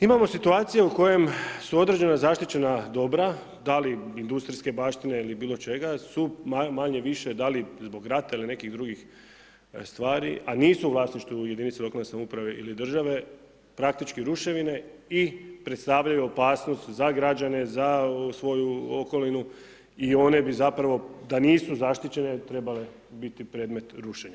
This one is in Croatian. Imamu situacije u kojem su određena zaštićena dobra, da li industrijske baštine ili bilo čega, su manje-više da li zbog rata ili nekih drugih stvari, a nisu u vlasništvu jedinica lokalne samouprave i države, praktički ruševine i predstavljaju opasnost za građane, za svoju okolinu i one bi zapravo da nisu zaštićene trebale biti predmet rušenja.